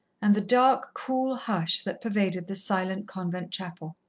and the dark, cool hush that pervaded the silent convent chapel.